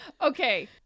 Okay